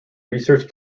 research